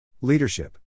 Leadership